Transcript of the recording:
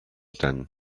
then